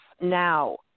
now